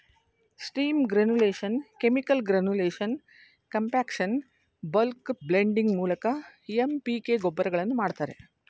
steam granulation, chemical granulation, compaction, bulk blending ಮೂಲಕ MPK ಗೊಬ್ಬರಗಳನ್ನು ಮಾಡ್ತರೆ